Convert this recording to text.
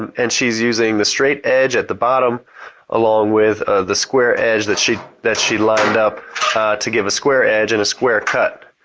and she's using the straight edge at the bottom along with the square edge that she that she lined up to give a square edge and a square cut.